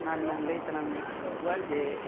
ᱚᱱᱟ ᱨᱮᱱᱟᱜ ᱞᱟᱹᱭ ᱛᱟᱞᱟᱝ ᱢᱮ ᱡᱮ